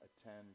attend